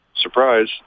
Surprise